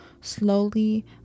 slowly